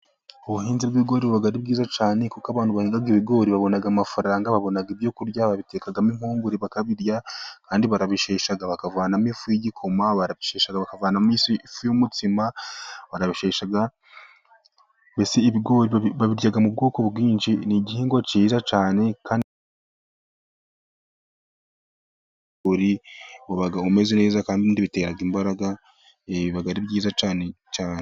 Ubuhinzi bw'ibigori buba ari bwiza cyane, kuko abantu bahinga ibigori babona amafaranga. Babona ibyo kurya babitekamo impungure bakabirya. Kandi barabishesha bakavanamo ifu y'igikoma barabishesha bakavanamo ifu y'umutsima, barabishesha, mbese ibigori babirya mu bwoko bwinshi, ni igihingwa cyiza cyane gitera imbaraga. Ubaho umeze neza kandi bitera imbaraga cyane cyane.